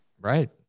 Right